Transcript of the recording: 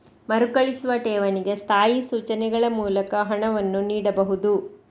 ಮರುಕಳಿಸುವ ಠೇವಣಿಗೆ ಸ್ಥಾಯಿ ಸೂಚನೆಗಳ ಮೂಲಕ ಹಣವನ್ನು ನೀಡಬಹುದು